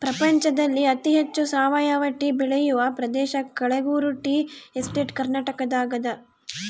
ಪ್ರಪಂಚದಲ್ಲಿ ಅತಿ ಹೆಚ್ಚು ಸಾವಯವ ಟೀ ಬೆಳೆಯುವ ಪ್ರದೇಶ ಕಳೆಗುರು ಟೀ ಎಸ್ಟೇಟ್ ಕರ್ನಾಟಕದಾಗದ